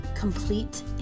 complete